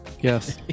Yes